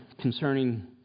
concerning